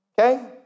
Okay